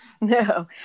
No